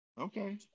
Okay